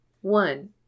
One